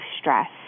stress